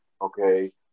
okay